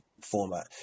format